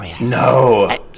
No